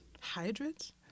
hydrates